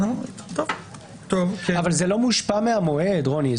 אבל זה לא מושפע מהמועד, רוני.